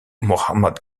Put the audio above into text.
muhammad